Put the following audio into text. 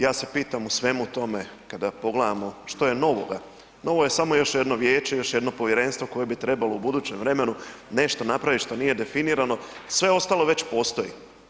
Ja se pitam u svemu tome kada pogledamo što je novoga, novo je samo još jedno vijeće, još jedno povjerenstvo koje bi trebalo u budućem vremenu nešto napraviti što nije definirano, sve ostalo već postoji.